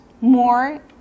more